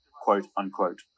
quote-unquote